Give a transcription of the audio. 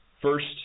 First